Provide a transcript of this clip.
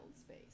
space